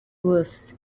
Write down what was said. bose